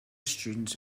students